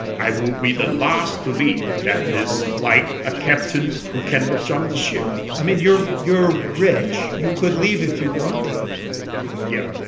i will be the last to leave. that is like a captain who cannot jump the ship i mean, you're you're rich. you could leave if you wanted yeah.